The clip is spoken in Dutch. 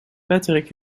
patrick